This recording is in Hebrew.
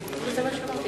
אני צריכה לומר,